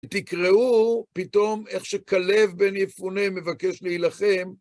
תקראו פתאום איך שכלב בן יפונה מבקש להילחם.